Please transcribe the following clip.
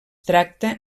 tracta